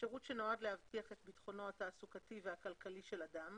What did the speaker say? "שירות חיוני" שירות שנועד להבטיח את ביטחונו התעסוקתי והכלכלי של אדם